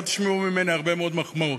לא תשמעו ממני הרבה מאוד מחמאות.